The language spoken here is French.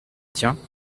tiens